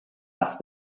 asked